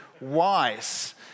wise